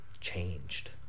changed